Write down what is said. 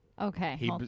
Okay